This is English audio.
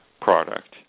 product